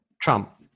Trump